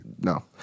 No